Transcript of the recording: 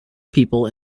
people